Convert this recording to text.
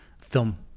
film